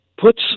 puts